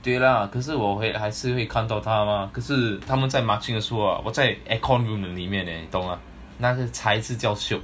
对 lah 可是我会还是会看到他 mah 可是他们在 marching 的时候我在 aircon room 的里面 eh 懂 mah 那些才是叫 shiok